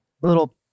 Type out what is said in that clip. little